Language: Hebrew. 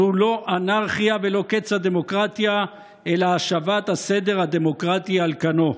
זו לא אנרכיה ולא קץ הדמוקרטיה אלא השבת הסדר הדמוקרטי על כנו.